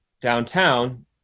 downtown